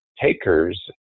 takers